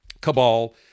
cabal